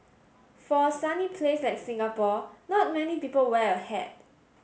for a sunny place like Singapore not many people wear a hat